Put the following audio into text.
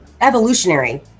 evolutionary